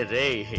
ah a